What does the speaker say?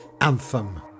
anthem